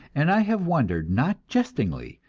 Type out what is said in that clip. and i have wondered not jestingly,